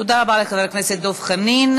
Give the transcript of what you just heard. תודה רבה לחבר הכנסת דב חנין.